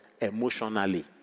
emotionally